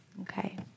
Okay